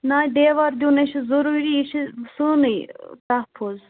ناے دیوار دیُنَے چھِ ضٔروٗری یہِ چھِ سونٕے تَحفظ